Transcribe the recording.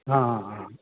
অঁ